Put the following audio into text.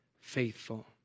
faithful